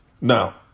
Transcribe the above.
Now